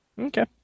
okay